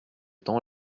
temps